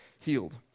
healed